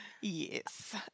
Yes